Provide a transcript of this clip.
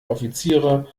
offiziere